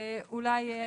יש